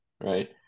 right